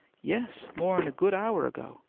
yes, more'n a good hour ago.